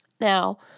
Now